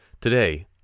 Today